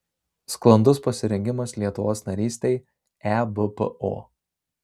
sklandus pasirengimas lietuvos narystei ebpo